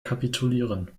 kapitulieren